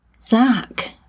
Zach